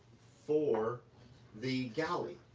for the galley,